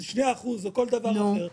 2% או כל דבר אחר,